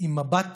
במבט